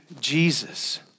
Jesus